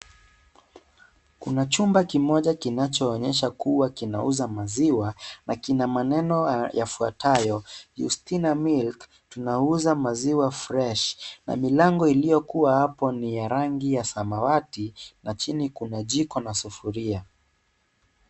Kuna chumba kimoja ambacho kinaonyesha kuwa kinauza maziwa, na kina maneno yafuatayo, Yustina Milk. tunauza maziwa fresh . Na milango iliyokua hapo ya ni ya rangi ya samawati, na chini kuna jiko na sufuria.